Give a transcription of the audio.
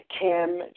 Kim